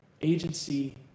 agency